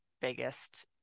biggest